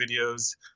videos